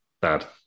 bad